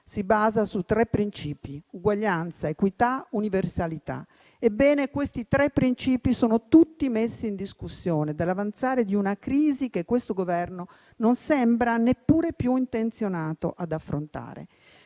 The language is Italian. si basa su tre principi: uguaglianza, equità e universalità. Ebbene, questi tre principi sono tutti messi in discussione dall'avanzare di una crisi che questo Governo non sembra neppure più intenzionato ad affrontare.